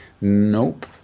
Nope